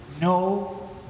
no